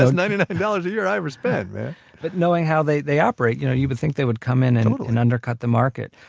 ah nine and and dollars a year i ever spend, man but knowing how they they operate, you know you would think they would come in and and undercut the market.